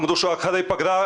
אמרו שאחרי הפגרה,